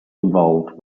involved